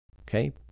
Okay